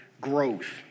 growth